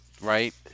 right